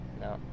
No